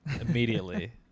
immediately